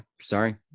sorry